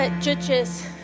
Judges